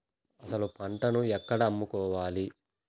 అసలు పంటను ఎక్కడ అమ్ముకోవాలి?